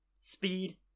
speed